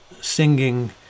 singing